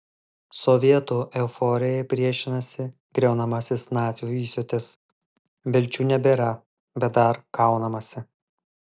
sovietų euforijai priešinasi griaunamasis nacių įsiūtis vilčių nebėra bet dar kaunamasi